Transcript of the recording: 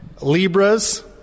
Libras